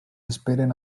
esperen